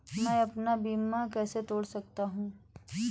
मैं अपना बीमा कैसे तोड़ सकता हूँ?